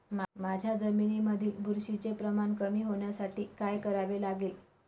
माझ्या जमिनीमधील बुरशीचे प्रमाण कमी होण्यासाठी काय करावे लागेल?